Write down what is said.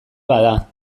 bada